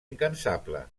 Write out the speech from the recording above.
incansable